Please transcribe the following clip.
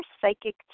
psychic